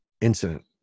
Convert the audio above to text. incident